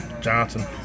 Johnson